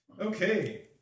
Okay